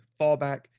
fallback